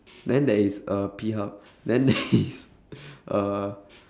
then there is uh P hub then there is uh